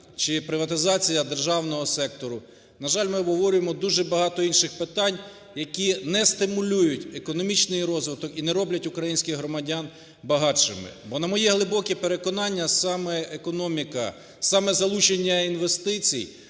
чи приватизація державного сектору. На жаль, ми обговорюємо дуже багато інших питань, які не стимулюють економічний розвиток і не роблять українських громадян багатшими. Бо на моє глибоке переконання саме економіка, саме залучення інвестицій,